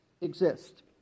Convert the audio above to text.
exist